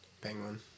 Penguin